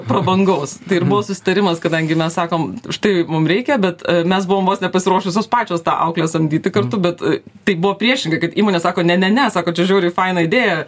prabangaus tai ir buvo susitarimas kadangi mes sakom štai mum reikia bet mes buvom vos ne pasiruošusios pačios tą auklę samdyti kartu bet tai buvo priešingai kad įmonė sako ne ne ne sako čia žiauriai faina idėja